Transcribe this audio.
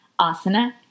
asana